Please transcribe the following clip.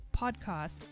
podcast